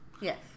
Yes